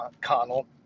connell